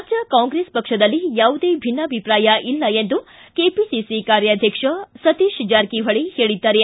ರಾಜ್ಯ ಕಾಂಗ್ರೆಸ್ ಪಕ್ಷದಲ್ಲಿ ಯಾವುದೇ ಭಿನ್ನಾಭಿಪ್ರಾಯ ಇಲ್ಲ ಎಂದು ಕೆಪಿಸಿಸಿ ಕಾರ್ಯಾಧ್ವಕ್ಷ ಸತೀತ್ ಜಾರಕಿಹೊಳ ಹೇಳಿದ್ದಾರೆ